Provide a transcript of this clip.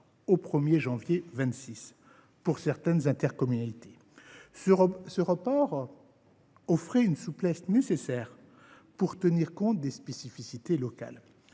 obligatoire pour certaines intercommunalités. Ce report offrait une souplesse nécessaire pour tenir compte des spécificités locales.